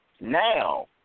now